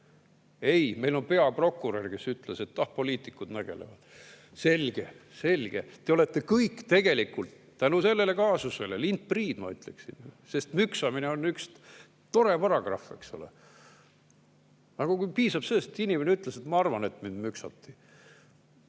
Ei, meil on peaprokurör, kes ütles, et ah, poliitikud nagelevad. Selge! Selge! Te olete kõik tegelikult tänu sellele kaasusele lindpriid, ma ütleksin. Sest müksamine on üks tore paragrahv, eks ole. Piisab sellest, kui inimene ütles: "Ma arvan, et mind müksati."